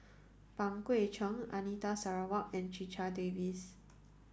Pang Guek Cheng Anita Sarawak and Checha Davies